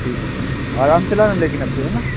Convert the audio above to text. ठीक है आराम से चलाना लेकिन अब से है न